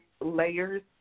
layers